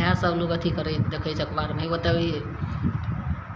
इएहसब लोक अथी करै देखै छै अखबारमे ओतए ई